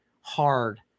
hard